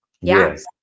yes